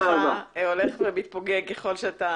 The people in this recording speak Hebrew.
בעל דירה המבצע התקנה כאמור בסעיף קטן (א)